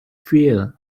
feel